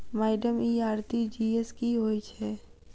Madam इ RTGS की होइ छैय?